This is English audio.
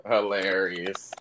Hilarious